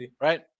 Right